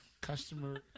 customer